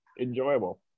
enjoyable